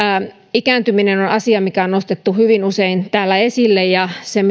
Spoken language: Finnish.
ikääntyminen on on asia mikä on nostettu hyvin usein täällä esille se